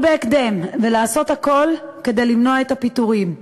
בהקדם ולעשות הכול כדי למנוע את הפיטורים.